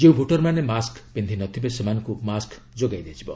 ଯେଉଁ ଭୋଟରମାନେ ମାସ୍କ୍ ପିନ୍ଧିନଥିବେ ସେମାନଙ୍କୁ ମାସ୍କ୍ ଯୋଗାଇ ଦିଆଯିବ